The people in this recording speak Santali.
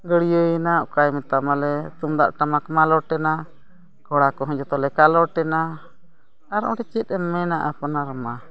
ᱜᱟᱹᱲᱭᱟᱹᱭᱮᱱᱟ ᱚᱱᱠᱟ ᱢᱮᱛᱟ ᱢᱟᱞᱮ ᱛᱩᱢᱫᱟᱜ ᱴᱟᱢᱟᱠ ᱢᱟᱞᱚᱴᱮᱱᱟ ᱠᱚᱲᱟ ᱠᱚᱦᱚᱸ ᱡᱚᱛᱚᱞᱮ ᱠᱟᱞᱚᱴ ᱮᱱᱟ ᱟᱨ ᱚᱸᱰᱮ ᱪᱮᱫ ᱮᱢ ᱢᱮᱱᱟ ᱟᱯᱱᱟᱨ ᱢᱟ